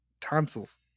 tonsils